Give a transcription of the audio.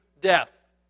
death